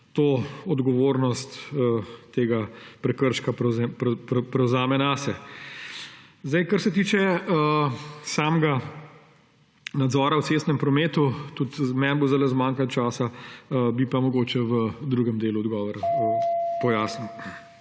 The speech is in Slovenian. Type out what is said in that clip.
da odgovornost za ta prekršek prevzame nase. Kar se tiče samega nadzora v cestnem prometu – tudi meni bo zdajle zmanjkalo časa – bi pa mogoče v drugem delu odgovora pojasnil.